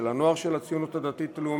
של הנוער של הציונות הדתית-לאומית,